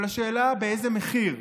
אבל השאלה, באיזה מחיר.